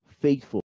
faithful